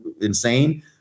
insane